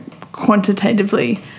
quantitatively